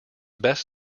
best